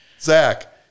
Zach